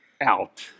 out